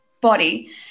body